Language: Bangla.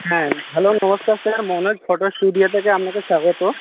হ্যাঁ হ্যালো নমস্কার স্যার মনোজ ফটো স্টুডিও থেকে আপনাকে স্বাগত